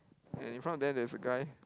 and in front of them there's a guy